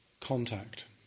contact